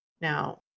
now